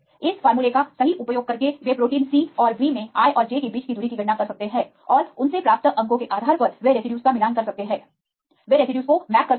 इस फार्मूला का सही उपयोग करके वे प्रोटीन c और b में i और j के बीच की दूरी की गणना कर सकते हैं और उनसे प्राप्त अंकों के आधार पर वे रेसिड्यूज का मिलान कर सकते हैं वे रेसिड्यूज को मैप कर सकते हैं